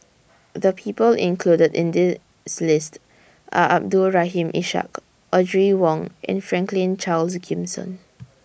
The People included in This list Are Abdul Rahim Ishak Audrey Wong and Franklin Charles Gimson